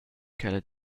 ch’ella